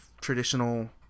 traditional